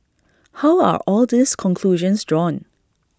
how are all these conclusions drawn